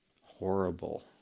horrible